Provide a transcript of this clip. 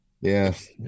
Yes